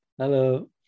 Hello